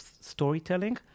storytelling